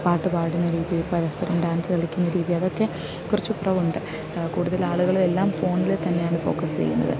പാട്ട് പാടുന്ന രീതി പരസ്പരം ഡാൻസ് കളിക്കുന്ന രീതി അതൊക്കെ കുറച്ച് കുറവുണ്ട് കൂടുതലാളുകൾ എല്ലാം ഫോണിൽ തന്നെയാണ് ഫോക്കസ് ചെയ്യുന്നത്